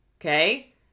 okay